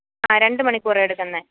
ആ രണ്ട് മണിക്കൂറാണ് എടുക്കുന്നത്